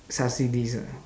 subsidies ah